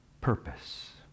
purpose